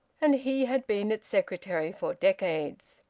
and he had been its secretary for decades.